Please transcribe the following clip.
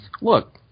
look